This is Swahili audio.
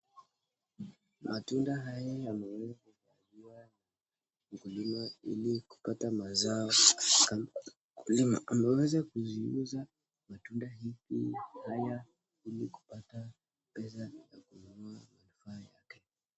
Matunda haya yameweza kutolewa na mkulima ili kupata mazao. Ameweza kuuza matunda haya ili kuweza kupata pesa na kununua bidhaa yake.